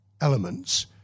elements